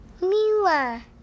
Mila